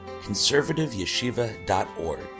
conservativeyeshiva.org